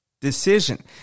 decision